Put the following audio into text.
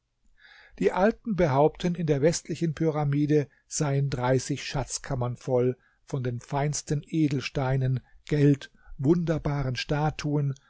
die alten behaupten in der westlichen pyramide seien dreißig schatzkammern voll von den feinsten edelsteinen geld wunderbaren statuen